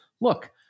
look